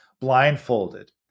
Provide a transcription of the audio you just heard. Blindfolded